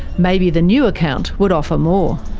maybe the new account would offer more.